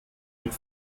mit